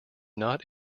not